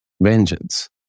vengeance